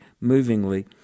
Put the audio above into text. movingly